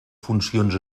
funcions